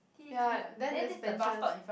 ya then there's benches